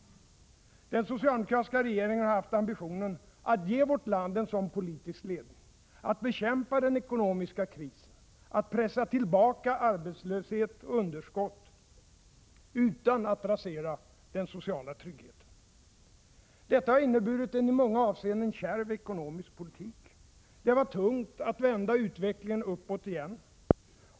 Den socialdemokratiska regeringen har haft ambitionen att ge vårt land en sådan politisk ledning, att bekämpa den ekonomiska krisen, att pressa tillbaka arbetslöshet och underskott — utan att rasera den sociala tryggheten. Detta har inneburit en i många avseenden kärv ekonomisk politik. Det var tungt att vända utvecklingen uppåt igen.